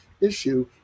issue